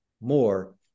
more